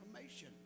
information